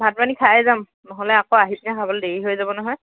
ভাত পানী খায়েই যাম নহ'লে আকৌ আহি পিনাই খাবলৈ দেৰি হৈ যাব নহয়